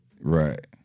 Right